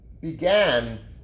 began